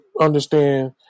understand